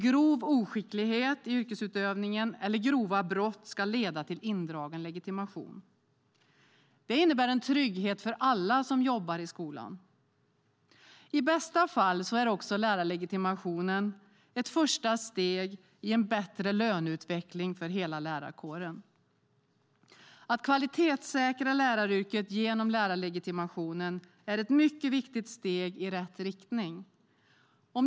Grov oskicklighet i yrkesutövningen eller grova brott ska leda till indragen legitimation. Det innebär en trygghet för alla som jobbar i skolan. I bästa fall är också lärarlegitimationen ett första steg i en bättre löneutveckling för lärarkåren. Att kvalitetssäkra läraryrket genom lärarlegitimationen är ett mycket viktigt steg i rätt riktning.